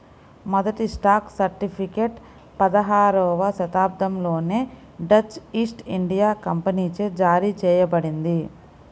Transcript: మొదటి stock certificate పదహారవ శతాబ్దంలోనే డచ్ ఈస్ట్ ఇండియా కంపెనీచే జారీ చేయబడింది